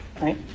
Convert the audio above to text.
right